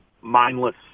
mindless